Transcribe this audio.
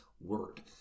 word